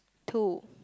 two